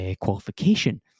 qualification